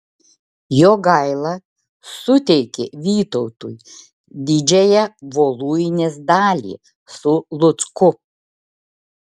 jogaila suteikė vytautui didžiąją voluinės dalį su lucku